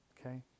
okay